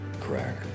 crack